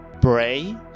pray